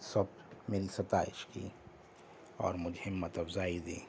سب میری ستائش کی اور مجھے ہمت افزائی دی